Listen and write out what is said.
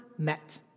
met